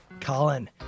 Colin